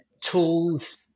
tools